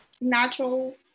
natural